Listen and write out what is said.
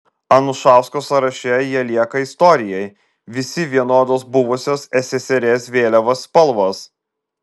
anušausko sąraše jie lieka istorijai visi vienodos buvusios ssrs vėliavos spalvos